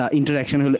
interaction